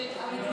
מה הוא אמר?